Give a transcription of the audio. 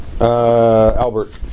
Albert